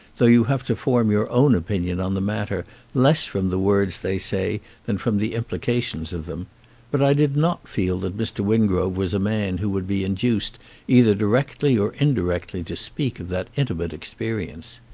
though you have to form your own opinion on the matter less from the words they say than from the implications of them but i did not feel that mr. wingrove was a man who would be induced either directly or indirectly to speak of that intimate experience.